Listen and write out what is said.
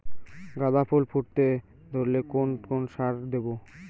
গাদা ফুল ফুটতে ধরলে কোন কোন সার দেব?